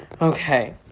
Okay